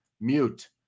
mute